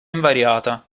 invariata